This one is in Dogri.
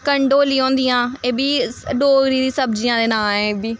कंडौलियां होंदियां एह् बी डोगरी दी सब्जियां दे नांऽ ऐ एह् बी